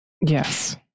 yes